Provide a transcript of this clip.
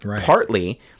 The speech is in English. partly